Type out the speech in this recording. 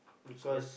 sorry